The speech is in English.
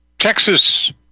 Texas